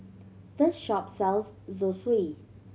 this shop sells Zosui